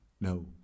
No